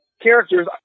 characters